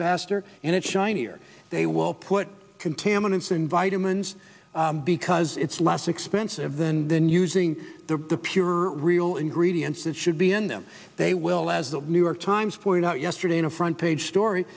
faster and it shiny or they will put contaminants in vitamins because it's less expensive than then using the pure real ingredients that should be in them they will as the new york times point out yesterday in a front page story